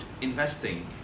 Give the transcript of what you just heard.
investing